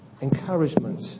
encouragement